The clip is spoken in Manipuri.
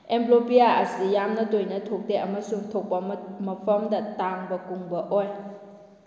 ꯑꯦꯝꯕ꯭ꯂꯣꯄꯤꯌꯥ ꯑꯁꯤ ꯌꯥꯝꯅ ꯇꯣꯏꯅ ꯊꯣꯛꯇꯦ ꯑꯃꯁꯨꯡ ꯊꯣꯛꯄ ꯃꯐꯝꯗ ꯇꯥꯡꯕ ꯀꯨꯡꯕ ꯑꯣꯏ